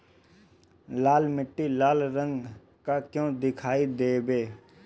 लाल मीट्टी लाल रंग का क्यो दीखाई देबे?